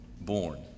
born